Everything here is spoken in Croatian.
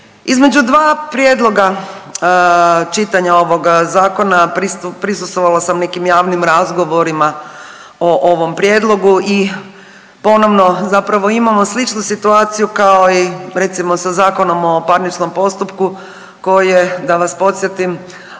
Između dva prijedloga čitanja ovoga zakona prisustvovala sam nekim javnim razgovorima o ovom prijedlogu i ponovno zapravo imamo sličnu situaciju kao i recimo sa Zakonom o parničnom postupku koje da vas podsjetim